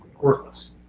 worthless